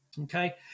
Okay